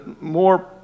more